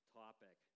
topic